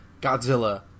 Godzilla